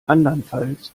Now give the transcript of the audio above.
andernfalls